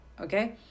Okay